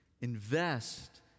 Invest